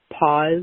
pause